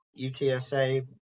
UTSA